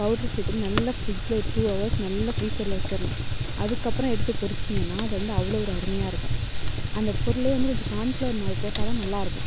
powder சேர்த்துட்டு நல்லா ஃப்ரிட்ஜ்ஜில் ஒரு டூ ஹவர்ஸ் நல்லா ஃபிரீசரில் வச்சுறணும் அதுக்கப்புறம் எடுத்து பொரிச்சுங்கனா அது வந்து அவ்வளோ ஒரு அருமையாயிருக்கும் அந்த பொருளே வந்து கொஞ்சம் கார்ன் ஃபிளவர் மாவு போட்டால்தான் நல்லாயிருக்கும்